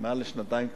מעל שנתיים,